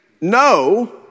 no